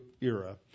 era